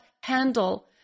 handle